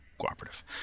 cooperative